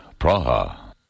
Praha